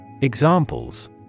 Examples